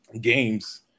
games